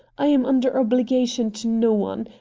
i am under obligation to no one.